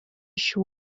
šių